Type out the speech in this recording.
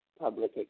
public